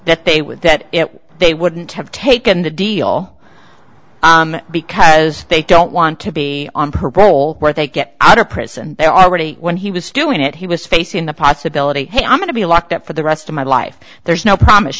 that they would that they wouldn't have taken the deal because they don't want to be on proposal where they get out of prison and they're already when he was doing it he was facing the possibility hey i'm going to be locked up for the rest of my life there's no promise